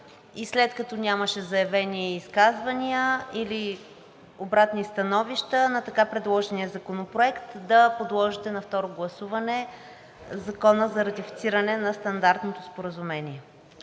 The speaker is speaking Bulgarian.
и след като нямаше заявени изказвания или обратни становища на така предложения законопроект, да подложите на второ гласуване Закона за ратифициране на Стандартното споразумение.